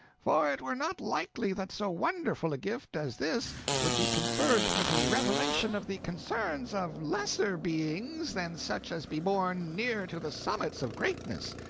for it were not likely that so wonderful a gift as this would be conferred for the revelation of the concerns of lesser beings than such as be born near to the summits of greatness.